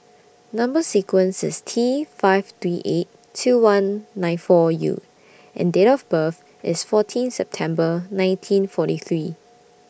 Number sequence IS T five three eight two one nine four U and Date of birth IS fourteen September nineteen forty three